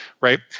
right